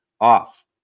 off